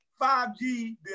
5G